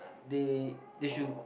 they they should